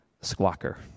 squawker